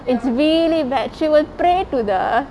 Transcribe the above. it's really bad she will pray to the